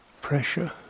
pressure